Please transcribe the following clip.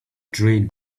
dream